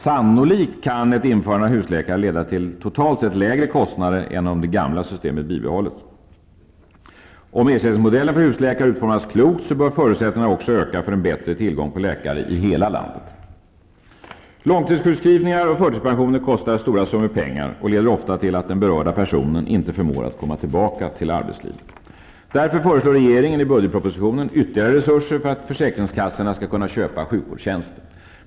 Sannolikt kan ett införande av husläkare leda till totalt sett lägre kostnader än om det gamla systemet bibehållits. Om ersättningsmodellen för husläkare utformas klokt så bör förutsättningarna också öka för en bättre tillgång på läkare i hela landet. Långtidssjukskrivningar och förtidspensioner kostar stora summor pengar och leder ofta till att den berörda personen inte förmår komma tillbaka till arbetslivet. Därför föreslår regeringen i budgetpropositionen ytterligare resurser för att försäkringskassorna skall kunna köpa sjukvårdstjänster.